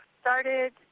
started